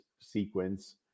sequence